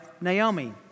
Naomi